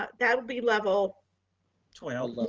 ah that would be level twelve.